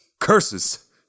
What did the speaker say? Curses